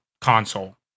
console